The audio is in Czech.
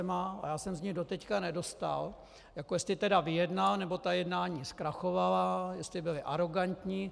A já jsem z něj doteď nedostal, jestli tedy vyjednal, nebo ta jednání zkrachovala, jestli byly arogantní...